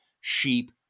sheep